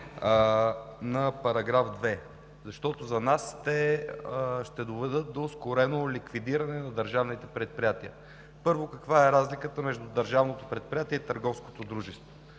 на § 2. За нас те ще доведат до ускорено ликвидиране на държавните предприятия. Първо, каква е разликата между държавното предприятие и търговското дружество?